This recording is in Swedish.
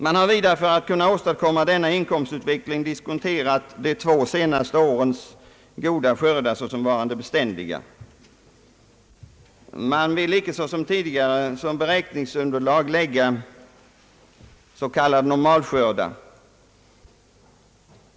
Man har vidare för att kunna åstadkomma denna bild av inkomstutvecklingen diskonterat de två senaste årens goda skördar såsom varande någonting beständigt. Man vill icke såsom tidigare som beräkningsunderlag lägga s.k. normalskördar.